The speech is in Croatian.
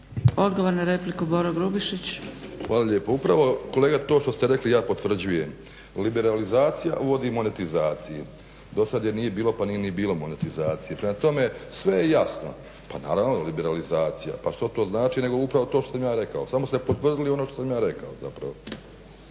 **Grubišić, Boro (HDSSB)** Hvala lijepo. Upravo kolega to što ste rekli ja potvrđujem. Liberalizacija uvodi monetizaciji. Dosad je nije bilo pa nije ni bilo monetizacije. Prema tome, sve je jasno, pa naravno da liberalizacija, pa što to znači nego upravo to što sam ja rekao. Samo ste potvrdili ono što sam ja rekao zapravo.